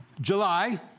July